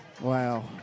Wow